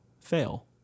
fail